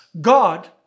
God